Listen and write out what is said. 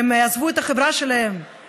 שהם עזבו את החברה שלהם,